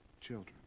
children